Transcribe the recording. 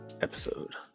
episode